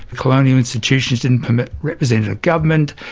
colonial institutions didn't permit representative government,